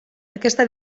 aquesta